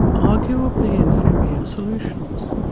arguably inferior, solutions.